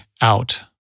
out